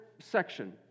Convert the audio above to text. Section